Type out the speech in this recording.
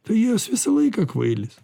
tai juos visą laiką kvailins